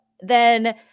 then-